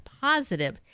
positive